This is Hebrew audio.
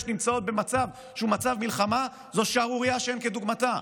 שנמצאות במצב מלחמה הוא שערורייה שאין כדוגמתה.